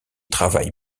travaille